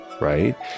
Right